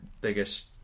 biggest